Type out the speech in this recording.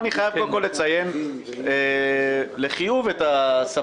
אני חייב קודם כול לציין לחיוב את הסבלנות,